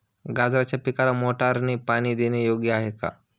गाजराच्या पिकाला मोटारने पाणी देणे योग्य आहे का?